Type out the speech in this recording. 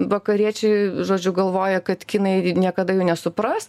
vakariečiai žodžiu galvoja kad kinai niekada jų nesupras